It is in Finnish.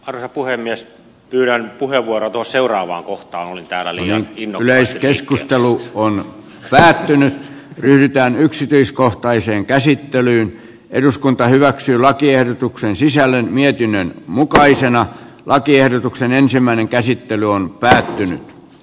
varapuhemies pyörän puheenvuoro tuo seuraamaan kohta oli täydellinen niin yleiskeskustelu on päättynyt pyritään yksityiskohtaiseen käsittelyyn eduskunta hyväksyi lakiehdotuksen sisällön mietinnön mukaisena lakiehdotuksen ensimmäinen käsittely on päättynyt